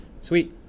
Sweet